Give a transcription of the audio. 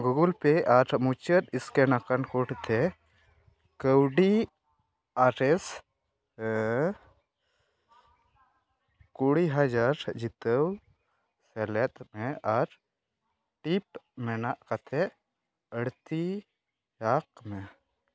Google pay ᱟᱨ ᱢᱩᱪᱟᱹᱫ ᱥᱠᱮᱱᱟᱠᱟᱱ ᱠᱳᱰ ᱛᱮ ᱠᱟᱹᱣᱰᱤ ᱟᱨᱮᱥ ᱠᱩᱲᱤ ᱦᱟᱡᱟᱨ ᱡᱤᱛᱟᱹᱣ ᱥᱮᱞᱮᱫ ᱢᱮ ᱟᱨ ᱴᱤᱯ ᱢᱮᱱᱟᱜ ᱠᱟᱛᱮ ᱟᱹᱲᱛᱤᱭᱟᱜᱼᱢᱮ